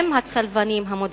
הם הצלבנים המודרניים?